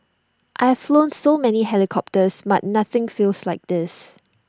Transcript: I have flown so many helicopters but nothing feels like this